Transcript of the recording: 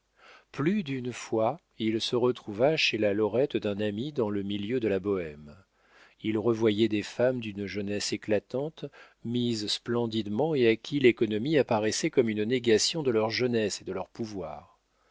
plus d'une fois il se retrouva chez la lorette d'un ami dans le milieu de la bohême il revoyait des femmes d'une jeunesse éclatante mises splendidement et à qui l'économie apparaissait comme une négation de leur jeunesse et de leur pouvoir